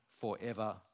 forever